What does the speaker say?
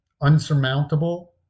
unsurmountable